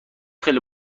خیلی